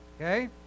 Okay